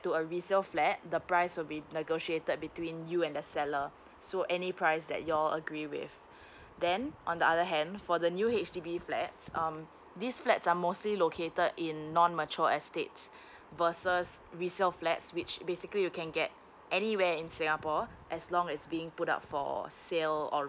to a resale flat the price will be negotiated between you and the seller so any price that you agree with then on the other hand for the new H_D_B flats um these flats are mostly located in non mature estates versus resale flats which basically you can get anywhere in singapore as long as it's being put up for sale or